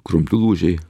krumplių lūžiai